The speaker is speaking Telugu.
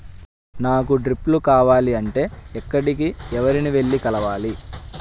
నాకు డ్రిప్లు కావాలి అంటే ఎక్కడికి, ఎవరిని వెళ్లి కలవాలి?